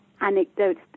anecdotes